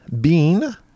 Bean